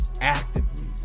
actively